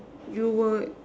you were